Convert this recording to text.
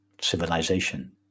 civilization